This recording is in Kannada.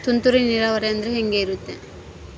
ತುಂತುರು ನೇರಾವರಿ ಅಂದ್ರೆ ಹೆಂಗೆ ಇರುತ್ತರಿ?